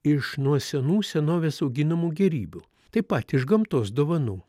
iš nuo senų senovės auginamų gėrybių taip pat iš gamtos dovanų